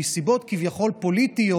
מסיבות כביכול פוליטיות.